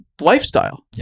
lifestyle